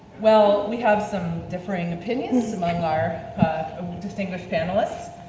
well, we have some differing opinions among our distinguished panelists.